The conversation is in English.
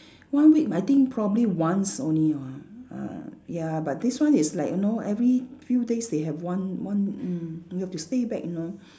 one week I think probably once only [what] ah ya but this one is like you know every few days they have one one mm you have to stay back you know